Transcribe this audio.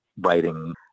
writing